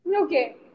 Okay